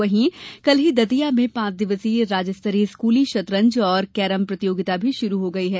वही कल ही दतिया में पांच दिवसीय राज्य स्तरीय स्कूली शतरंज और केरम प्रतियोगिता भी शुरू हो हुई है